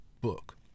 book